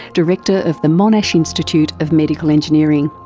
director of the monash institute of medical engineering.